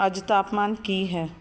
ਅੱਜ ਤਾਪਮਾਨ ਕੀ ਹੈ